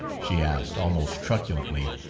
she asked, almost truculently,